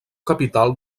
capital